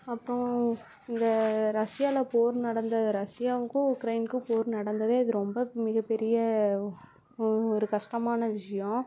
அப்றம் இந்த ரஷ்யாவில் போர் நடந்த ரஷ்யாவுக்கும் உக்ரைனுக்கும் போர் நடந்ததே அது ரொம்ப மிக பெரிய ஒரு கஷ்டமான விஷயம்